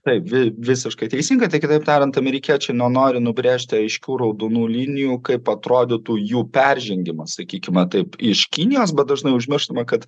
taip vi visiškai teisinga tai kitaip tariant amerikiečiai nenori nubrėžti aiškių raudonų linijų kaip atrodytų jų peržengimas sakykime taip iš kinijos bet dažnai užmirštama kad